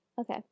Okay